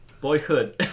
boyhood